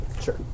Sure